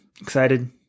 Excited